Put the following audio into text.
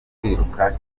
kwiruka